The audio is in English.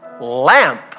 lamp